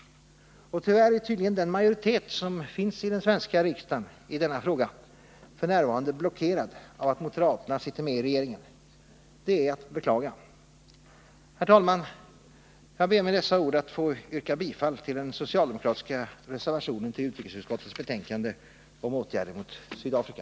Och tyvärr är tydligen den majoritet som finns i den svenska riksdagen i denna fråga f. n. blockerad av att moderaterna sitter med i regeringen. Det är att beklaga. Herr talman! Jag ber med dessa ord att få yrka bifall till den socialdemokratiska reservationen till utrikesutskottets betänkande om åtgärder mot Sydafrika.